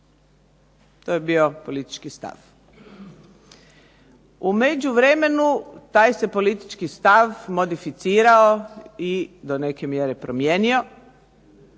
To je bio politički stav. U međuvremenu taj se politički stav modificirao i do neke mjere promijenio